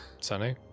sunny